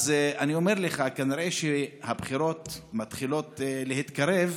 אז אני אומר לך, כנראה שהבחירות מתחילות להתקרב.